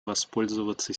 воспользоваться